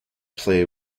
play